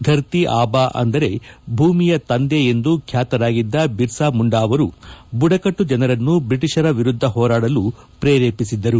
ಧರ್ತಿ ಆಬಾ ಅಂದರೆ ಭೂಮಿಯ ತಂದೆ ಎಂದು ಖ್ಯಾತರಾಗಿದ್ದ ಬಿರ್ಸಾ ಮುಂಡಾ ಆವರು ಬುಡಕಟ್ಟು ಜನರನ್ನು ಬ್ರಿಟೀಷರ ವಿರುದ್ಧ ಹೋರಾಡಲು ಪ್ರೇರೇಪಿಸಿದ್ದರು